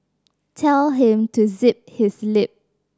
tell him to zip his lip